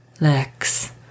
Lex